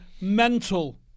mental